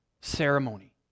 ceremony